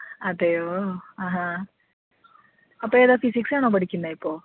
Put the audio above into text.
അതെയോ ആഹാ അപ്പോൾ ഏതാണ് ഫിസിക്സാണോ പഠിക്കുന്നത് ഇപ്പോൾ